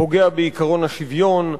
פוגע בעקרון השוויון,